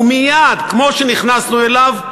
ומייד, כמו שנכנסנו אליו,